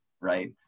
right